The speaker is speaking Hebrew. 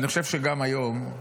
אני חושב שגם היום,